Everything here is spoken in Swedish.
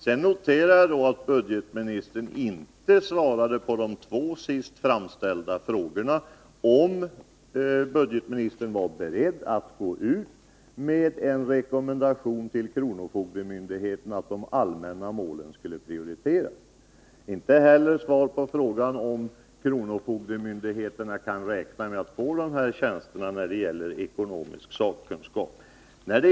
Jag noterar att budgetministern inte svarade på de två senast framställda frågorna, om budgetministern var beredd att gå ut med en rekommendation till kronofogdemyndigheterna att de allmänna målen skulle prioriteras samt om kronofogdemyndigheterna kunde räkna med att få de begärda tjänsterna när det gäller ekonomisk sakkunskap.